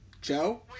Joe